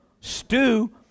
stew